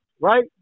right